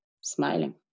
smiling